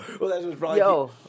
Yo